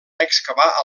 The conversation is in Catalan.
excavar